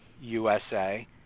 USA